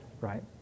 Right